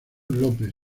lópez